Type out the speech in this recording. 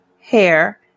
hair